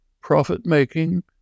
profit-making